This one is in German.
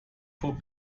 vor